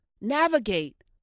navigate